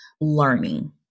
learning